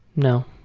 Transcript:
no.